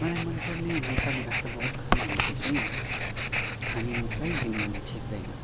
मलाई मनपर्ने नेपाली भाषामा उखान भनेको चाहिँ खाने मुखलाई जुङ्गाले छेक्दैन